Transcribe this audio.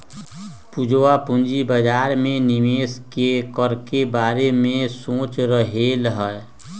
पूजवा पूंजी बाजार में निवेश करे के बारे में सोच रहले है